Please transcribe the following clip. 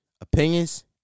Opinions